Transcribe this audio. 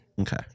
Okay